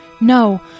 No